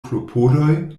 klopodoj